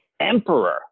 emperor